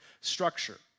structure